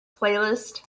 playlist